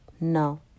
no